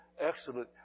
excellent